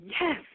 Yes